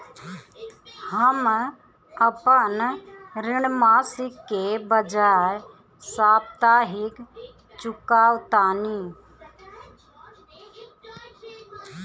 हम अपन ऋण मासिक के बजाय साप्ताहिक चुकावतानी